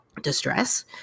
distress